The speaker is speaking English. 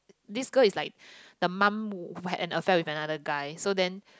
this girl is like the mum who had an affair with another guy so then